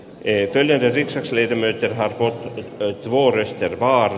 ei tännekin sas liikennöi terhakkaa eli vuores jatkaa